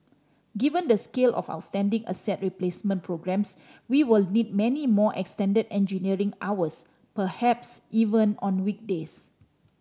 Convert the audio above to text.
given the scale of outstanding asset replacement programmes we will need many more extended engineering hours perhaps even on weekdays